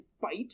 fight